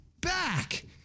back